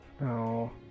No